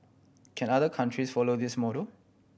can other countries follow this model